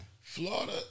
Florida